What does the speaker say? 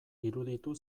iruditu